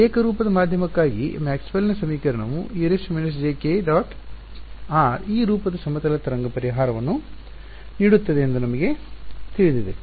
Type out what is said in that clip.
ಏಕರೂಪದ ಮಾಧ್ಯಮಕ್ಕಾಗಿ ಮ್ಯಾಕ್ಸ್ವೆಲ್ನ ಸಮೀಕರಣವು e jk→·r→ ಈ ರೂಪದ ಸಮತಲ ತರಂಗ ಪರಿಹಾರವನ್ನು ನೀಡುತ್ತದೆ ಎಂದು ನಮಗೆ ತಿಳಿದಿದೆ